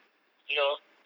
you know